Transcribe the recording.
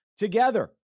Together